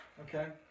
Okay